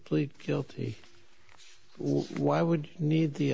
plead guilty why would need the